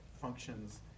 functions